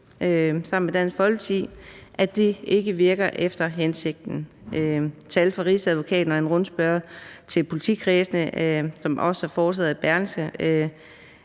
sammen med Dansk Folkeparti, ikke virker efter hensigten. Tal fra Rigsadvokaten og en rundspørge til politikredsene, som også er foretaget af Berlingske,